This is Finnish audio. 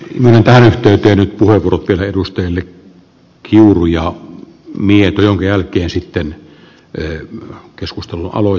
mäntän yhteyteen urkuri ville edustajille killuu ja miedon jälkeen sitten ey keskustelua loi